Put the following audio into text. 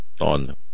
on